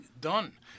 done